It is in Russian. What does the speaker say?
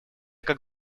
как